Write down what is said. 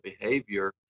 behavior